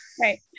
Right